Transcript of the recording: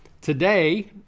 today